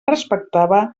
respectava